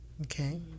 Okay